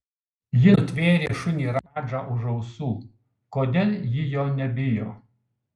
ji nutvėrė šunį radžą už ausų kodėl ji jo nebijo